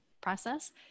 process